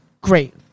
great